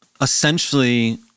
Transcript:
essentially